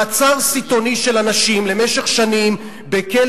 מעצר סיטוני של אנשים למשך שנים בכלא